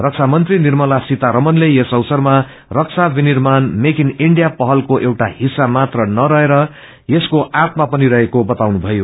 रक्षा मंत्री निर्मला सीमारपणले यस अवसरमा रक्षा विर्नियाण मेक ईन ईण्डिया पहलको एउटा हिस्सा मात्र नरहेर यसको आत्मा पनि रहेको बताउनुभयो